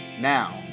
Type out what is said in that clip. Now